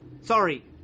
Sorry